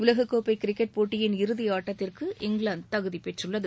உலகக்கோப்பை கிரிக்கெட் போட்டியின் இறுதியாட்டத்திற்கு இங்கிலாந்து தகுதி பெற்றுள்ளது